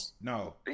No